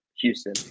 Houston